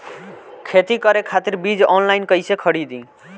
खेती करे खातिर बीज ऑनलाइन कइसे खरीदी?